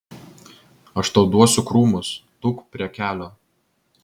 aš tau duosiu krūmus tūpk prie kelio